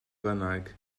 bynnag